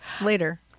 later